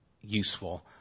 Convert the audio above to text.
useful